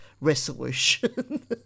resolution